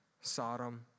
Sodom